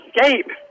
escape